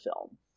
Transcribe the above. film